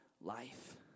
life